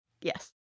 Yes